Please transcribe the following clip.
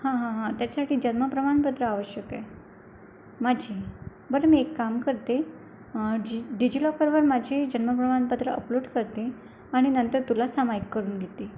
हा हा हा त्याच्यासाठी जन्म प्रमाणपत्र आवश्यक आहे माझी बरं मी एक काम करते डि डिजिलॉकरवर माझे जन्म प्रमाणपत्र अपलोड करते आणि नंतर तुला सामाईक करून घेते